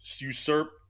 usurp